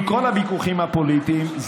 עם כל הוויכוחים הפוליטיים,